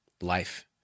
life